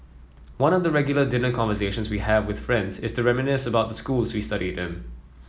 one of the regular dinner conversations we have with friends is to reminisce about the schools we studied in